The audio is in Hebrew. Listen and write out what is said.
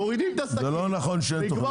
מורידים את הסכין --- זה לא נכון שאין תוכנית.